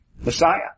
Messiah